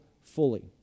fully